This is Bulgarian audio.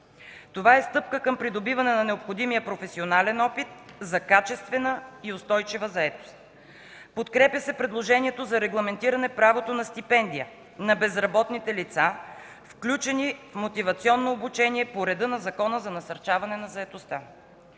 Това е стъпка към придобиване на необходимия професионален опит за качествена и устойчива заетост. Подкрепя се предложението за регламентиране правото на стипендия на безработните лица, включени в мотивационно обучение по реда на Закона за насърчаване на заетостта.